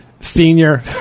senior